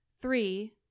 three